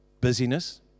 Busyness